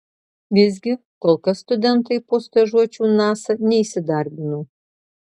visgi kol kas studentai po stažuočių nasa neįsidarbino